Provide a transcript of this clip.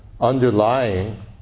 underlying